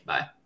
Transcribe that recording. Bye